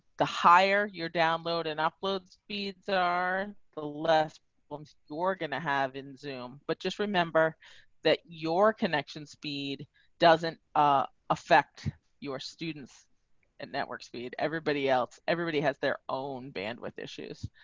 the higher your download and upload speeds are, the less um so you're going to have in, zoom, but just remember that your connection speed doesn't ah affect your students and network speed everybody else. everybody has their own bandwidth issues.